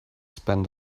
spend